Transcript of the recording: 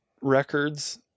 Records